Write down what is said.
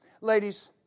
Ladies